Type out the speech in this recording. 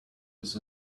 was